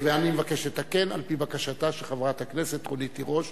ואני מבקש לתקן על-פי בקשתה של חברת הכנסת רונית תירוש.